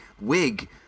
wig